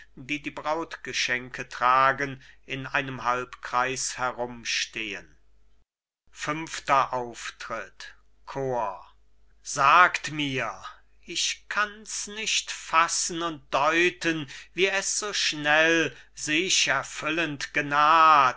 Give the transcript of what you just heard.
die die brautgeschenke tragen in einem halbkreis herumstehen fünfter auftritt chor cajetan sagt mir ich kann's nicht fassen und deuten wie es so schnell sich erfüllend